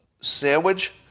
Sandwich